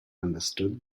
understood